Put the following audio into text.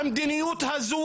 המדיניות הזו,